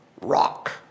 rock